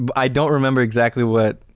but i don't remember exactly what